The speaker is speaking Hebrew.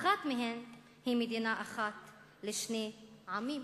ואחת מהן היא מדינה אחת לשני עמים.